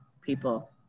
people